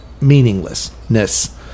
meaninglessness